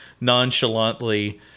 nonchalantly